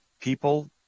people